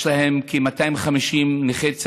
יש להם כ-250 נכים.